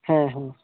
ᱦᱮᱸ ᱦᱮᱸ